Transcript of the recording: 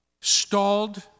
stalled